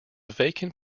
vacant